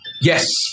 Yes